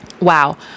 wow